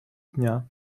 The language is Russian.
дня